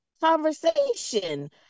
conversation